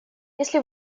если